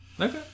Okay